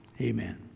amen